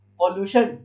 pollution